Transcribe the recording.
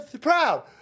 proud